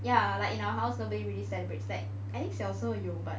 ya like in our house nobody really celebrates like I think 小时候有 but